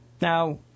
Now